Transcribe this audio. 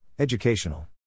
Educational